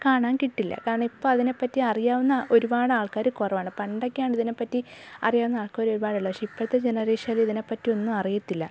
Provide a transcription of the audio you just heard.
കാണാൻ കിട്ടില്ല കാരണം ഇപ്പം അതിനെപ്പറ്റി അറിയാവുന്ന ഒരുപാടാൾക്കാർ കുറവാണ് പണ്ടൊക്കെയാണ് ഇതിനെപ്പറ്റി അറിയാവുന്ന ആൾക്കാർ ഒരുപാടുള്ളത് പക്ഷേ ഇപ്പോഴത്തെ ജനറേഷൻ ഇതിനെപ്പറ്റി ഒന്നും അറിയത്തില്ല